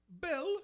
Bill